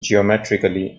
geometrically